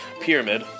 pyramid